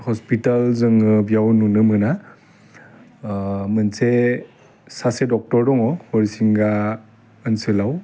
hospital जोङो बेयाव नुनो मोना मोनसे सासे डक्टर दङ हरिसिंगा ओनसोलाव